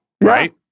right